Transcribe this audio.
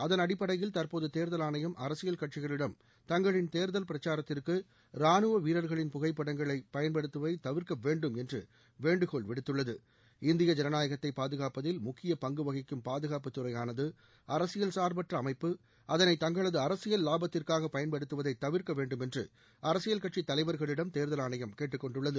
அதன் அடிப்படையில் தற்போது தேர்தல் ஆணையம் அரசியல் கட்சிகளிடம் தங்களின் தேர்தல் பிரச்சாரத்திற்கு ரானுவ வீரர்களின் புகைப்படங்கள் தவிர்க்க வேண்டும் என்று வேண்டுகோள் விடுத்துள்ளது இந்திய ஜனநாயகத்தை பாதுகாப்பதில் முக்கிய பங்கு வகிக்கும் பாதுகாப்புத்துறையானது அரசியல் சார்பற்ற அமைப்பு அதனை தங்களது அரசியல் லாபத்திற்காக பயன்படுத்துவதை தவிர்க்க வேண்டும் என்று அரசியல் கட்சி தலைவர்களிடம் தேர்தல் ஆணையம் கேட்டுக்கொண்டுள்ளது